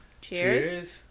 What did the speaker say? Cheers